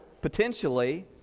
potentially